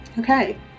Okay